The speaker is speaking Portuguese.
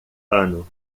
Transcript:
ano